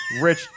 Rich